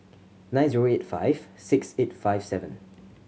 nine zero eight five six eight five seven